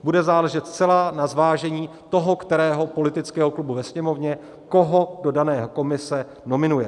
Bude záležet zcela na zvážení toho kterého politického klubu ve Sněmovně, koho do dané komise nominuje.